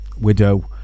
widow